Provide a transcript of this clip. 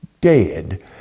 dead